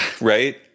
right